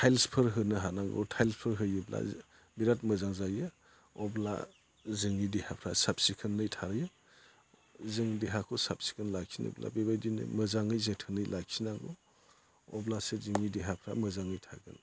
थायल्सफोर होनो हानांगौ थायल्सफोर होयोब्ला बिराद मोजां जायो अब्ला जोंनि देहाफ्रा साफ सिखोनै थायो जों देहाखौ साफ सिखोन लाखिनोब्ला बेबायदिनो मोजाङै जोथोनै लाखिनांगौ अब्लासो जोंनि देहाफोरा मोजाङै थागोन